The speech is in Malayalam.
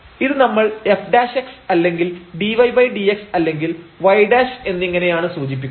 ഇത് നമ്മൾ f അല്ലെങ്കിൽ dy dx അല്ലെങ്കിൽ y എന്നിങ്ങനെയാണ് സൂചിപ്പിക്കുന്നത്